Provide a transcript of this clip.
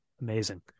Amazing